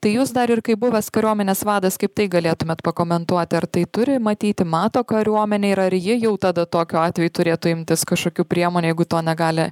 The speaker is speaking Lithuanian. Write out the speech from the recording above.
tai jūs dar ir kaip buvęs kariuomenės vadas kaip tai galėtumėt pakomentuoti ar tai turi matyti mato kariuomenė ir ar ji jau tada tokiu atveju turėtų imtis kažkokių priemonių jeigu to negali